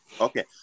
okay